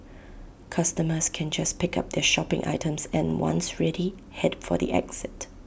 customers can just pick up their shopping items and once ready Head for the exit